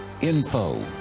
Info